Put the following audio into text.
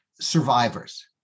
survivors